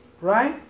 right